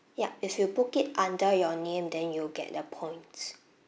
yup if you book it under your name then you'll get the points